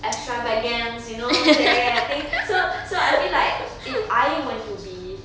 extravagant you know seh I think so so I feel like if I were to be